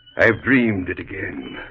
i've dreamed it again.